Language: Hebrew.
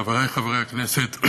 חברי חברי הכנסת,